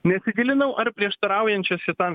nesigilinau ar prieštaraujančios šitam